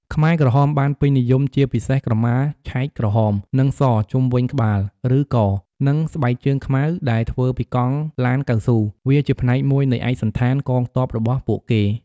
ខ្មែរក្រហមបានពេញនិយមជាពិសេសក្រមាឆែកក្រហម និងសជុំវិញក្បាល ឬ ក និងស្បែកជើងខ្មៅដែលធ្វើពីកង់ឡានកៅស៊ូ វាជាផ្នែកមួយនៃ "ឯកសណ្ឋាន" កងទ័ពរបស់ពួកគេ។